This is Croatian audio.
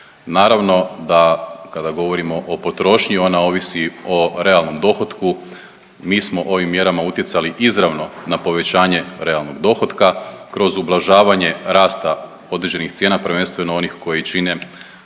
Naravno da kada govorimo o potrošnji ona ovisi o realnom dohotku. Mi smo ovim mjerama utjecali izravno na povećanje realnog dohotka kroz ublažavanje rasta određenih cijena prvenstveno onih koji čine dominantan